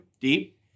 deep